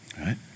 Right